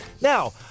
Now